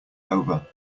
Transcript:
over